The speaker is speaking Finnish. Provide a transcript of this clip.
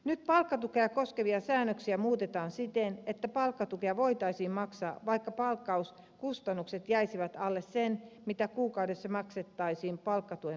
nyt palkkatukea koskevia säännöksiä muutetaan siten että palkkatukea voitaisiin maksaa vaikka palkkauskustannukset jäisivät alle sen mitä kuukaudessa maksettaisiin palkkatuen perustukena